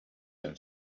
and